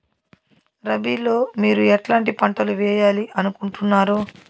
రబిలో మీరు ఎట్లాంటి పంటలు వేయాలి అనుకుంటున్నారు?